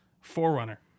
Forerunner